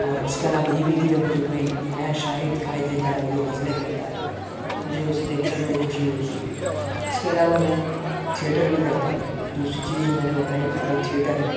اور اس کے علاوہ یہ بھی ہے کہ جب مجھے کوئی نیا شاعر دکھائی دیتا ہے جو غزلیں کہتا ہے مجھے اسے دیکھ کر بڑی خوشی ہوتی ہے اس کے علاوہ میں تھئیٹر بھی کرتا ہوں دوسری چیزی جو میں نے بتائی وہ تھئیٹر ہے